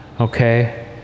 okay